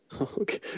Okay